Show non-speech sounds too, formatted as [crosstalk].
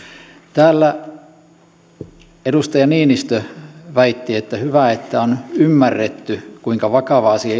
täällä edustaja niinistö väitti että hyvä että on ymmärretty kuinka vakava asia [unintelligible]